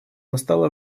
настало